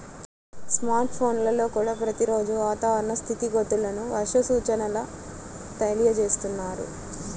smart ఫోన్లల్లో కూడా ప్రతి రోజూ వాతావరణ స్థితిగతులను, వర్ష సూచనల తెలియజేస్తున్నారు